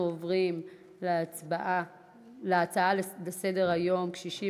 אנחנו עוברים להצעות לסדר-היום: קשישים